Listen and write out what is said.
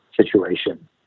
situation